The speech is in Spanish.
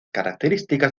características